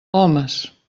homes